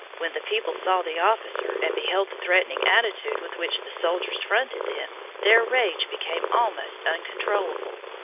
when the people saw the officer, and beheld the threatening attitude with which the soldiers fronted them, their rage became almost uncontrollable.